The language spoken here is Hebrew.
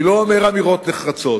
אני לא אומר אמירות נחרצות.